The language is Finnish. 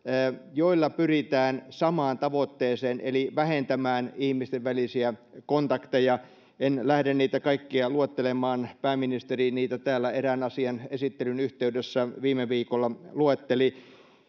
joilla pyritään samaan tavoitteeseen eli vähentämään ihmisten välisiä kontakteja en lähde niitä kaikkia luettelemaan pääministeri niitä täällä erään asian esittelyn yhteydessä viime viikolla luetteli